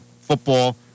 football